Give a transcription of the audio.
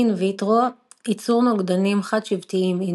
אין ויטרו ייצור נוגדנים חד-שבטיים in